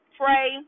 pray